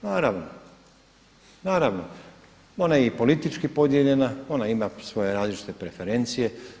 Naravno, naravno ona je i politički podijeljena, ona ima svoje različite preferencije.